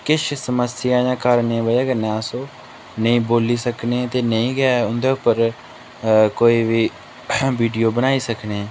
किश समस्याएं दे कारणें दे वजह् कन्नै अस ओह् नेईं बोली सकने आं ते नेईं गै उं'दे उप्पर कोई बी वीडियो बनाई सकने